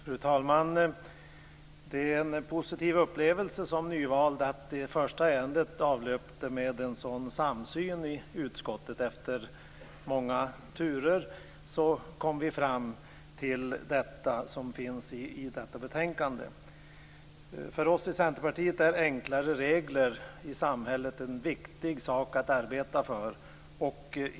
Fru talman! Det är en positiv upplevelse för en nyvald ledamot att det första ärendet avlöpte med en sådan samsyn i utskottet. Efter många turer kom vi fram till det som finns i detta betänkande. För oss i Centerpartiet är enklare regler i samhället en viktig sak att arbeta för.